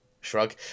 shrug